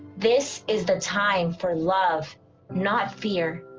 this is the time for love not fear